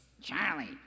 Charlie